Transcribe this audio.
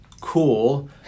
cool